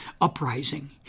uprising